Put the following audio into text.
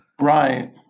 right